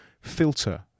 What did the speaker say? filter